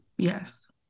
Yes